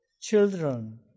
children